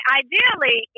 ideally